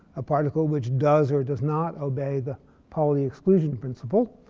a particle which does or does not obey the pauli exclusion principle.